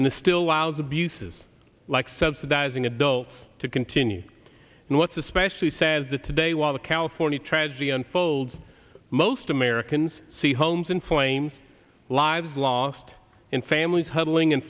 the still allows abuses like subsidizing adults to continue and let's especially says that today while the california tragedy unfolds most americans see homes in flames lives lost in families huddling in